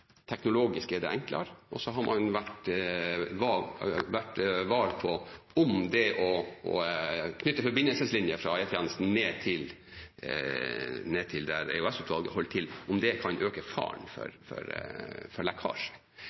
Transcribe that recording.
Teknologisk er det enklere, og så har man vært var på om det å knytte forbindelseslinjer fra E-tjenesten og ned til der hvor EOS-utvalget holder til, kan øke faren for lekkasje. Jeg har ingen følelser for